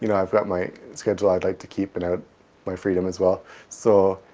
you know i've got my schedule i'd like to keep and ah my freedom as well so,